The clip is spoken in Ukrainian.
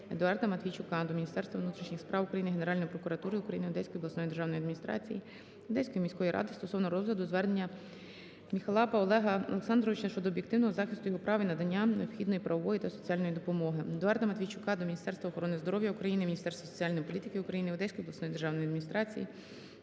Едуарда Матвійчука до Міністерства внутрішніх справ України, Генеральної прокуратури України, Одеської обласної державної адміністрації, Одеської міської ради стосовно розгляду звернення Міхалапа Олега Олександровича щодо об'єктивного захисту його прав і надання необхідної правової та соціальної допомоги. Едуарда Матвійчука до Міністерства охорони здоров'я України, Міністерства соціальної політики України, Одеської обласної державної адміністрації,